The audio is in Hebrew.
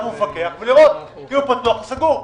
הוא מפקח ולראות אם הוא פתוח או סגור.